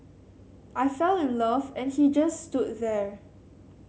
I fell in love and he just stood there